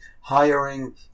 hiring